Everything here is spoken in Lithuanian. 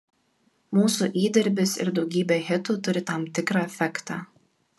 mūsų įdirbis ir daugybė hitų turi tam tikrą efektą